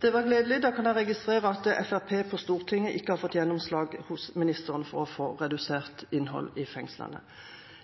Det var gledelig. Da kan jeg registrere at Fremskrittspartiet på Stortinget ikke har fått gjennomslag hos ministeren for å få redusert innhold i fengslene.